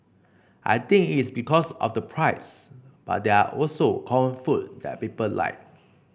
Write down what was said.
I think it's because of the price but there are also common food that people like